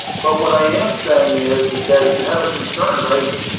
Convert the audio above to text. but what i am saying is, is that if you have a concern, raise it.